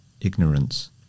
ignorance